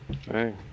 Hey